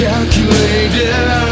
Calculated